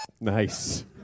Nice